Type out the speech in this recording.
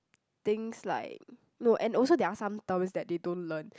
things like no and also they are some terms that they don't learn